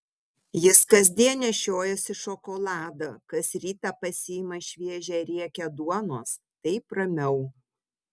jis kasdien nešiojasi šokoladą kas rytą pasiima šviežią riekę duonos taip ramiau